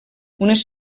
unes